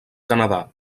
canadà